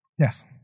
Yes